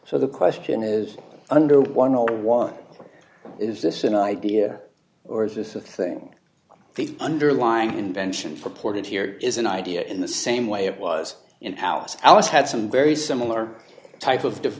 so the question is under one no one is this an idea or is this a thing of the underlying invention purported here is an idea in the same way it was in alice alice had some very similar type